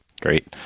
Great